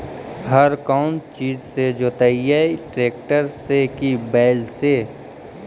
हर कौन चीज से जोतइयै टरेकटर से कि बैल से?